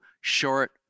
short